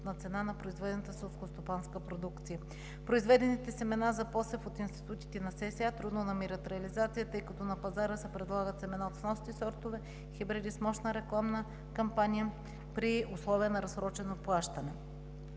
цена на произведената селскостопанска продукция. Произведените семена за посев от институтите на Селскостопанската академия трудно намират реализация, тъй като на пазара се предлагат семена от вносни сортове, хибриди с мощна рекламна кампания, при условия на разсрочено плащане.